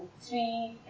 three